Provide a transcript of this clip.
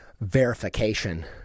verification